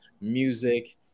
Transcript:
music